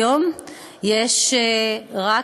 כיום יש רק